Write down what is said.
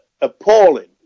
appalling